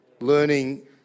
learning